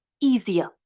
easier